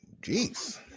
Jeez